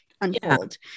unfold